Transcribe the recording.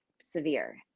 severe